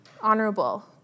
honorable